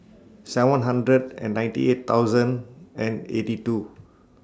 seven hundred and ninety eight thousand and eighty two